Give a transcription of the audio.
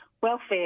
welfare